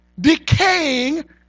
decaying